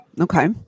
Okay